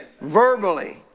verbally